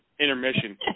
intermission